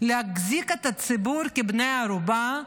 להחזיק את הציבור כבני ערובה,